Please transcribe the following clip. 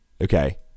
Okay